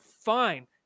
Fine